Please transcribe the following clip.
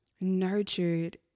nurtured